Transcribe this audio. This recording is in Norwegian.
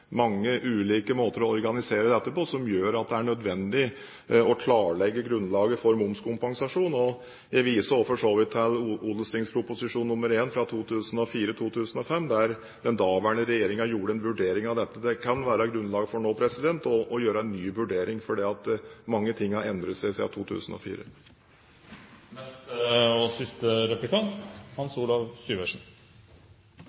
mange ulike måter å organisere dette på, noe som gjør det nødvendig å klarlegge grunnlaget for momskompensasjon. Jeg viste også for så vidt til Ot.prp. nr. 1 for 2004–2005, der den daværende regjeringen gjorde en vurdering av dette. Det kan være grunnlag for å gjøre en ny vurdering nå, fordi mange ting har endret seg